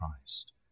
Christ